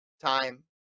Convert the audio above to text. time